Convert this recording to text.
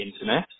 internet